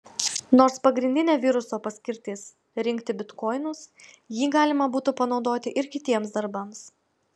nors pagrindinė viruso paskirtis rinkti bitkoinus jį galima būtų panaudoti ir kitiems darbams